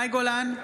מאי גולן,